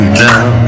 down